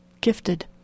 gifted